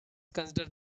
consider